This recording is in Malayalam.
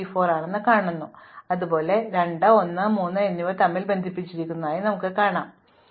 അതുപോലെ 2 ഉം 1 ഉം 3 ഉം ബന്ധിപ്പിച്ചിരിക്കുന്നു അതിനാൽ ഞങ്ങൾക്ക് ലിസ്റ്റ് ബന്ധിപ്പിച്ചിരിക്കുന്നു 1 ഉം 3 ഉം അതിനാൽ ഇതാണ് നോഡ് ഇവ അയൽവാസികളാണ്